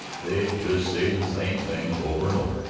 they just say the same things over and over,